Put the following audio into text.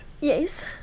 Yes